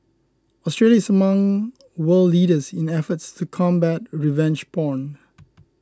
Australia is among world leaders in efforts to combat revenge porn